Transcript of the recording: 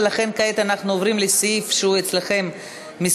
ולכן כעת אנחנו עוברים כעת לסעיף שהוא אצלכם מס'